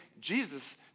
Jesus